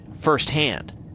firsthand